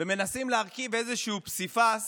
ומנסים להרכיב איזשהו פסיפס